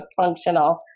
functional